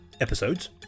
episodes